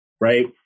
right